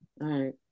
right